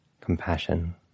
compassion